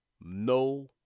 No